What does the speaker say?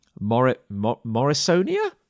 Morrisonia